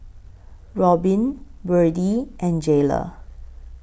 Robyn Byrdie and Jaylah